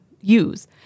use